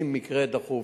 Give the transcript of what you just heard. אם מקרה דחוף,